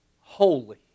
holy